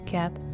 Cat